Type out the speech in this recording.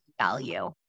value